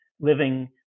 living